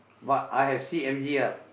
but I have see M_G_R